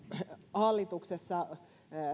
hallituksessa